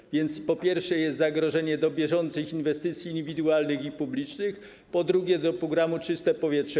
Jest więc, po pierwsze, zagrożenie dla bieżących inwestycji indywidualnych i publicznych, po drugie, dla programu „Czyste powietrze”